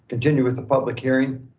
continue with the public hearing.